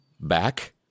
back